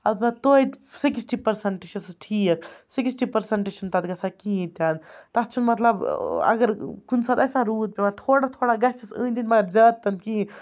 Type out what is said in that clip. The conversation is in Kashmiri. البتہ توتہِ سِکِسٹی پٔرسَنٛٹہٕ چھِ سُہ ٹھیٖک سِکِسٹی پٔرسَنٛٹ چھِنہٕ تَتھ گژھان کِہیٖنۍ تہِ نہٕ تَتھ چھِ مطلب اگر کُنہِ ساتہٕ آسہِ نہ روٗد پٮ۪وان تھوڑا تھوڑا گژھٮ۪س أنٛدۍ أنٛدۍ مگر زیادٕ تہِ نہٕ کِہیٖنۍ